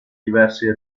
diverse